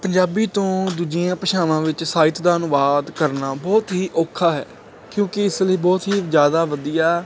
ਪੰਜਾਬੀ ਤੋਂ ਦੂਜੀਆਂ ਭਾਸ਼ਾਵਾਂ ਵਿੱਚ ਸਾਹਿਤ ਦਾ ਅਨੁਵਾਦ ਕਰਨਾ ਬਹੁਤ ਹੀ ਔਖਾ ਹੈ ਕਿਉਂਕਿ ਇਸ ਲਈ ਬਹੁਤ ਹੀ ਜ਼ਿਆਦਾ ਵਧੀਆ